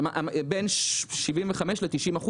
בין 75% ל-90%,